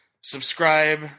subscribe